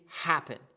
happen